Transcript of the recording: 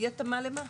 אי-התאמה למה?